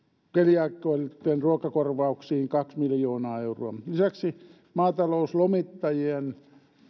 keliaakikkojen ruokakorvauksiin kaksi miljoonaa euroa lisäksi maatalouslomittajien